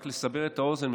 רק לסבר את האוזן,